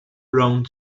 brown